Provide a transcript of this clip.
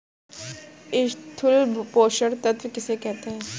स्थूल पोषक तत्व किन्हें कहते हैं?